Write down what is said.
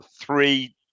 three